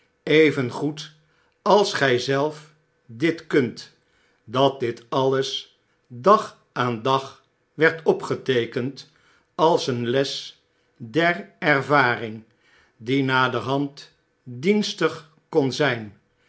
evengoed als gij zelf dit kunt dat dit alles dag aan dag werd opgeteekend als een les der ervaring die naderhand dienstig kon zyn